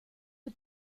für